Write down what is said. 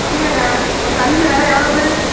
இல்லைங்க ஒரு கன்று வில எவ்வளவு